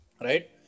right